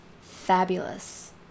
Fabulous